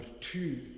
two